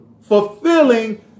fulfilling